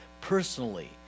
personally